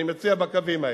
אני מציע בקווים האלה.